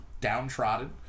downtrodden